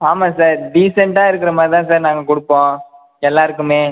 ஆமாம் சார் டீசெண்டாக இருக்குற மாதிரி தான் சார் நாங்கள் கொடுப்போம் எல்லாருக்குமே